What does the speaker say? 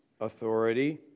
authority